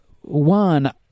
one